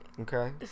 Okay